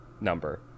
number